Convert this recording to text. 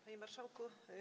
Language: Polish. Panie Marszałku!